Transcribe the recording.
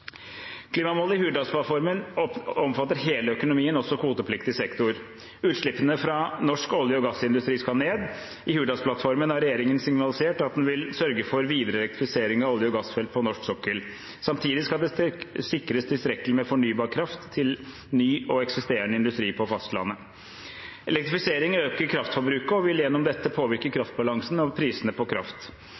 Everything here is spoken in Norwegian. Klimamålet i Hurdalsplattformen omfatter hele økonomien, også kvotepliktig sektor. Utslippene fra norsk olje- og gassindustri skal ned. I Hurdalsplattformen har regjeringen signalisert at den vil sørge for videre elektrifisering av olje- og gassfelt på norsk sokkel. Samtidig skal det sikres tilstrekkelig med fornybar kraft til ny og eksisterende industri på fastlandet. Elektrifisering øker kraftforbruket og vil gjennom dette påvirke kraftbalansen og prisene på kraft.